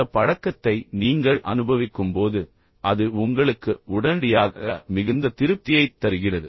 அந்த பழக்கத்தை நீங்கள் அனுபவிக்கும்போது அது உங்களுக்கு உடனடியாக மிகுந்த திருப்தியைத் தருகிறது